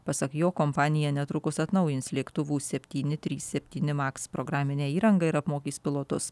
pasak jo kompanija netrukus atnaujins lėktuvų septyni trys septyni maks programinę įrangą ir apmokys pilotus